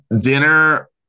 dinner